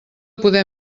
poder